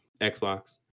Xbox